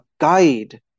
guide